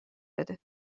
بده